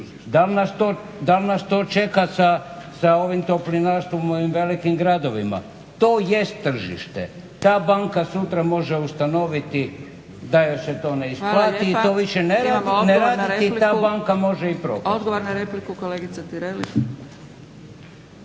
Dal' nas to čeka sa ovim toplinarstvom u ovim velikim gradovima? To jest tržište. Ta banka sutra može ustanoviti da joj se to ne isplati i to više ne raditi i ta banka može i propasti.